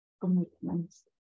commitments